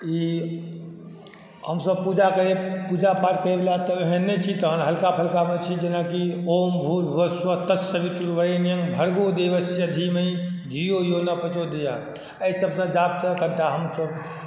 ई हमसब पूजापाठ करै वाला तऽ ओहन नहि छी तहन हल्का फल्का मे छी जेनाकि ॐ भुर्व भुवः स्वः तत्सवितुर्वरेण्यं भर्गो देवस्य धीमहि धियो योनः प्रचोदयात एहि सबसँ जापसँ कनीटा हमसब